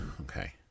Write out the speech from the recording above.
okay